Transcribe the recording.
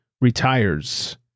retires